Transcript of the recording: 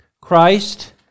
Christ